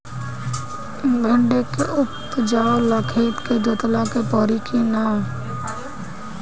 भिंदी के उपजाव ला खेत के जोतावे के परी कि ना?